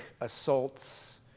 assaults